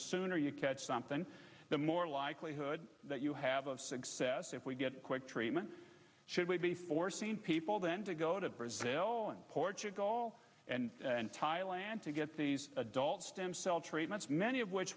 sooner you catch something the more likelihood that you have of success if we get quick treatment should we be foreseen people then to go to brazil and portugal and thailand to get these adult stem cell treatments many of which